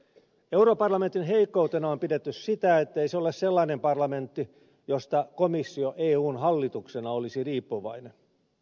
europarlamentin heikkoutena on pidetty sitä ettei se ole sellainen parlamentti josta komissio eun hallituksena olisi riippuvainen